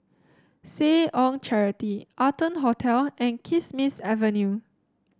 Seh Ong Charity Arton Hotel and Kismis Avenue